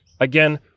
Again